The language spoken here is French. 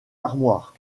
armoires